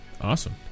Awesome